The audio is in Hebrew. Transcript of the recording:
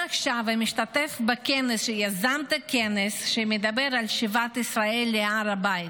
שמשתתף ונמצא עכשיו בכנס שהוא יזם ומדבר על שיבת ישראל להר הבית.